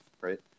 right